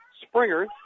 Springer